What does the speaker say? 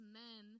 men